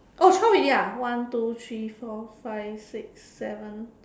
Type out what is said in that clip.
oh twelve already ah one two three four five six seven